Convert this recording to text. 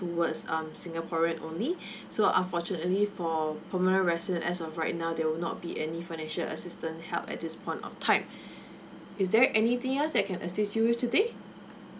towards um singaporean only so unfortunately for permanent resident as of right now they will not be any financial assistance held at this point of time is there anything else I can assist you with today